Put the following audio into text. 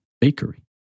bakery